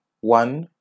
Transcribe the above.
One